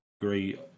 agree